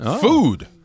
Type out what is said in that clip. Food